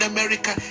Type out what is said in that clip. America